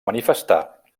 manifestar